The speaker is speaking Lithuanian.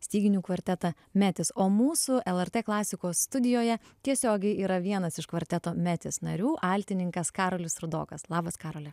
styginių kvartetą metis o mūsų lrt klasikos studijoje tiesiogiai yra vienas iš kvarteto metis narių altininkas karolis rudokas labas karoli